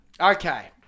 Okay